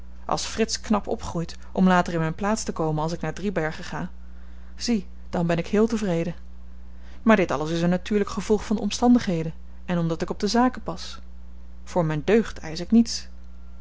als frits knap opgroeit om later in myn plaats te komen als ik naar driebergen ga zie dan ben ik heel tevreden maar dit alles is een natuurlyk gevolg van de omstandigheden en omdat ik op de zaken pas voor myn deugd eisch ik niets